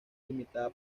limitada